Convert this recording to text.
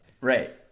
Right